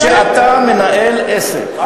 כשאתה מנהל עסק,